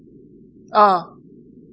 ah